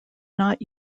not